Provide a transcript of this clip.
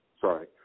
Sorry